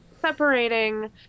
separating